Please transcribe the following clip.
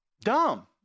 dumb